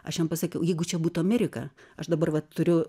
aš jam pasakiau jeigu čia būtų amerika aš dabar va turiu